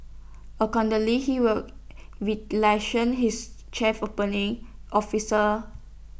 accordingly he will his chief operating officers